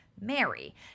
Mary